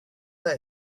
that